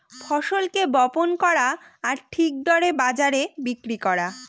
ফসলকে বপন করা আর ঠিক দরে বাজারে বিক্রি করা